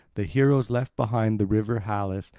the heroes left behind the river halys,